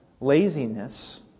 laziness